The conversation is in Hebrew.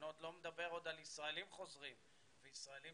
אני לא מדבר על ישראלים חוזרים וישראלים